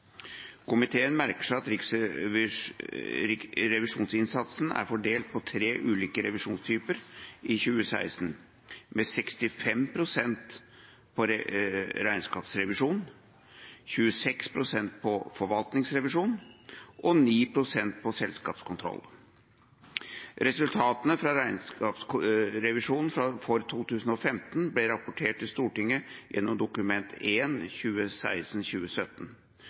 Komiteen merker seg at revisjonsinnsatsen er fordelt på tre ulike revisjonstyper i 2016, med 65 pst. på regnskapsrevisjon, 26 pst. på forvaltningsrevisjon og 9 pst. på selskapskontroll. Resultatene fra regnskapsrevisjonen for 2015 ble rapportert til Stortinget gjennom Dokument